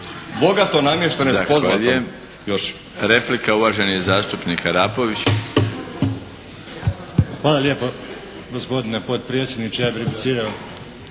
bogato namještene s pozlatom.